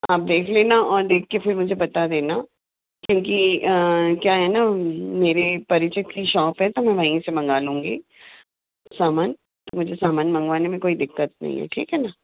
आप देख लेना और देख कर फिर मुझे बता देना क्योंकि क्या है ना मेरे परिचित की शॉप है तो मैं वहीं से मंगा लूँगी सामान मुझे सामान मंगवाने में कोई दिक्कत नहीं है ठीक है ना